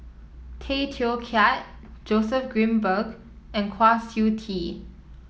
Tay Teow Kiat Joseph Grimberg and Kwa Siew Tee